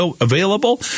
available